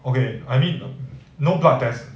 okay I mean no blood test